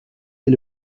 est